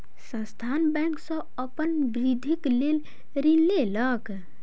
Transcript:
संस्थान बैंक सॅ अपन वृद्धिक लेल ऋण लेलक